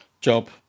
job